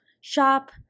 shop